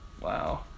wow